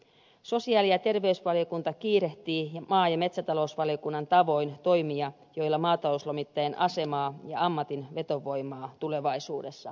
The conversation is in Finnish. sosiaali ja terveysvaliokunta kiirehtii maa ja metsätalousvaliokunnan tavoin toimia joilla maatalouslomittajien asemaa ja ammatin vetovoimaa tulevaisuudessa vahvistetaan